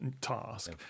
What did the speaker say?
task